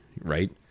right